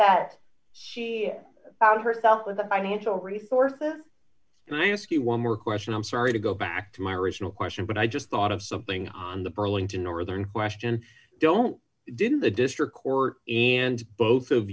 that she found herself with the financial resources and i ask you one more question i'm sorry to go back to my original question but i just thought of something on the burlington northern question don't do the district court and both of